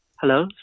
Hello